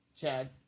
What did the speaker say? Chad